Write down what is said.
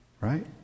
Right